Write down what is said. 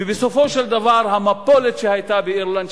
ובסופו של דבר המפולת שהיתה באירלנד,